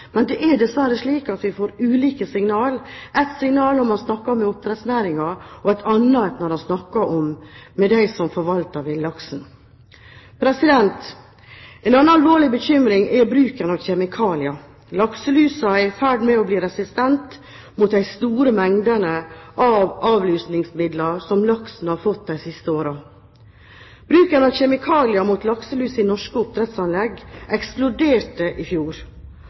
men det er dessverre slik at vi får ulike signaler – et signal når man snakker med oppdrettsnæringen, og et annet når man snakker med dem som forvalter villaksen. En annen alvorlig bekymring er bruken av kjemikalier. Lakselusen er i ferd med å bli resistent mot de store mengdene av avlusingsmidler som laksen har fått de siste årene. Bruken av kjemikalier mot lakselus i norske oppdrettsanlegg eksploderte i fjor.